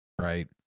right